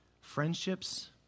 Friendships